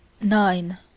nine